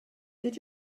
did